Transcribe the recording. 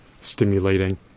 stimulating